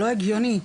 לא הגיוני,